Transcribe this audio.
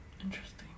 Interesting